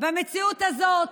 במציאות הזאת